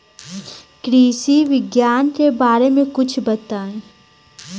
कृषि विज्ञान के बारे में कुछ बताई